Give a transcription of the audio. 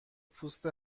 پوست